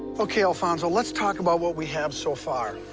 okay, alfonso, let's talk about what we have so far.